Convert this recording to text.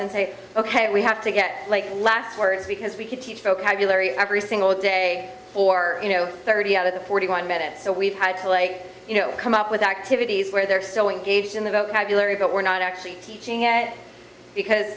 and say ok we have to get like last words because we could teach vocabulary every single day or you know thirty out of the forty one minutes so we've had to like you know come up with activities where they're so engaged in the vocabulary but we're not actually teaching at because